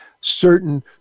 certain